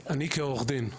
אני כעורך דין,